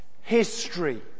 history